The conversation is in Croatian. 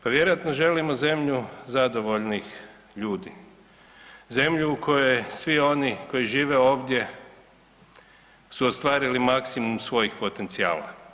Pa vjerojatno želimo zemlju zadovoljnih ljudi, zemlju u kojoj svi oni koji žive ovdje su ostvarili maksimum svojih potencijala.